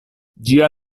ĝia